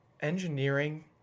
Engineering